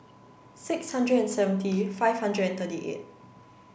six hundred and seventy five hundred thirty eight